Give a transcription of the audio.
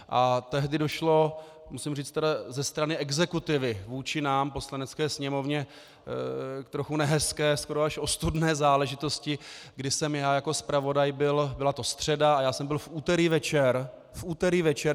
A tehdy došlo, musím říct tedy ze strany exekutivy vůči nám, Poslanecké sněmovně, k trochu nehezké, skoro až ostudné záležitosti, kdy jsem jako zpravodaj byl, byla to středa a já jsem byl v úterý večer, v úterý večer!